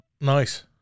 Nice